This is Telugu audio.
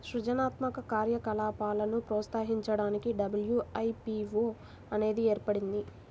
సృజనాత్మక కార్యకలాపాలను ప్రోత్సహించడానికి డబ్ల్యూ.ఐ.పీ.వో అనేది ఏర్పడింది